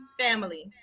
family